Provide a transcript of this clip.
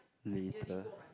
later